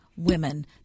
women